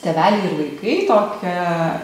tėveliai ir vaikai tokią